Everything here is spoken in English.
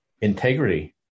Integrity